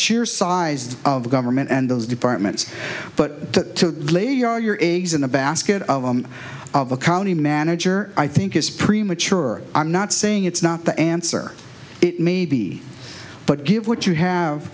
sheer size of the government and those departments but to play your your eggs in a basket of them of a county manager i think is premature i'm not saying it's not the answer it may be but give what you have